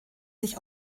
sich